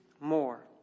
more